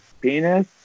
penis